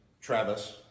Travis